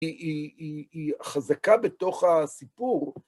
היא חזקה בתוך הסיפור.